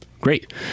great